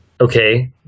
Okay